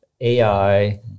AI